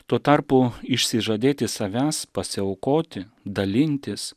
tuo tarpu išsižadėti savęs pasiaukoti dalintis